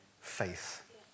faith